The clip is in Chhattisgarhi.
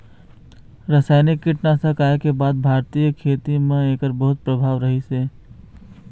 रासायनिक कीटनाशक आए के बाद भारतीय खेती म एकर बहुत प्रभाव रहीसे